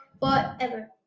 but and it